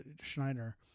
Schneider